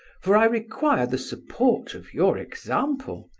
for i require the support of your example,